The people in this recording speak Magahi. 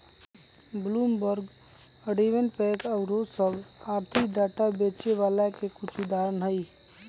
ब्लूमबर्ग, रवेनपैक आउरो सभ आर्थिक डाटा बेचे बला के कुछ उदाहरण हइ